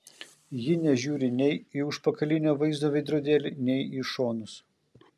ji nežiūri nei į užpakalinio vaizdo veidrodėlį nei į šonus